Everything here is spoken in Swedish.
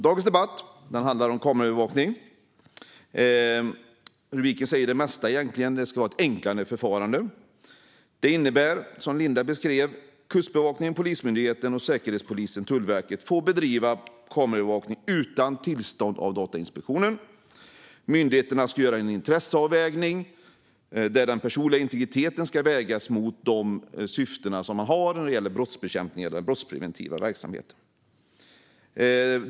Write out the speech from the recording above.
Dagens debatt handlar om kameraövervakning, och rubriken säger egentligen det mesta: Det ska vara ett enklare förfarande. Som Linda Westerlund Snecker beskrev innebär det att Kustbevakningen, Polismyndigheten, Säkerhetspolisen och Tullverket får bedriva kameraövervakning utan tillstånd av Datainspektionen. Myndigheterna ska göra en intresseavvägning där den personliga integriteten ska vägas mot de syften man har när det gäller brottsbekämpning eller brottspreventiva verksamheter.